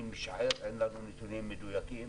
אני משער אין לנו נתונים מדויקים,